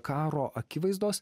karo akivaizdos